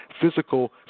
physical